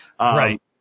Right